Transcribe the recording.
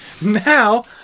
now